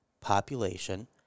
population –